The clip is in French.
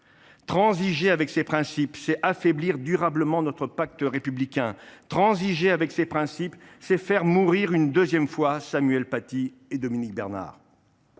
Transiger avec ces principes, c’est affaiblir durablement notre pacte républicain. Transiger avec ces principes, c’est faire mourir une deuxième fois Samuel Paty et Dominique Bernard.